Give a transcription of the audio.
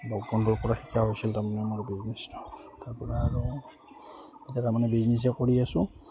লগৰ বন্ধুৰপৰা শিকাও হৈছিল তাৰমানে মোৰ বিজনেছটো তাৰপৰা আৰু এতিয়া তাৰমানে বিজনেচে কৰি আছো